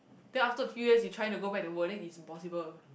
then after a few years you try to go back to wording is impossible